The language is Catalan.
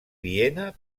viena